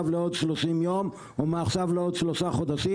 לעוד 30 יום או מעכשיו לעוד שלושה חודשים,